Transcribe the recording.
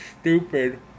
stupid